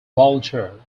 volunteer